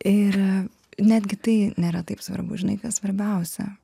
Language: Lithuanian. ir netgi tai nėra taip svarbu žinai kas svarbiausia